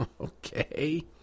Okay